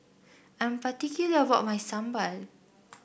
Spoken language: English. I'm particular about my sambal